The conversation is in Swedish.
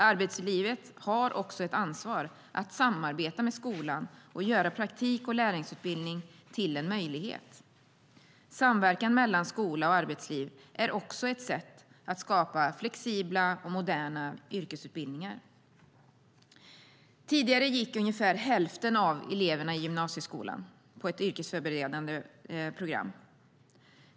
Arbetslivet har också ett ansvar att samarbeta med skolan och göra praktik och lärlingsutbildning till en möjlighet. Samverkan mellan skola och arbetsliv är också ett sätt att skapa flexibla och moderna yrkesutbildningar. Tidigare gick ungefär hälften av eleverna i gymnasieskolan på ett yrkesförberedande program.